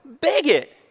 bigot